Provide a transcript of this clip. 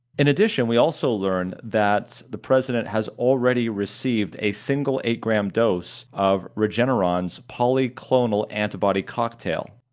in addition, we also learned that the president has already received a single eight gram dose of regeneron's polyclonal antibody cocktail.